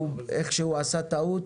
הוא איכשהו עשה טעות,